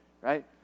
right